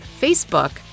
Facebook